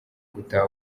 gutaha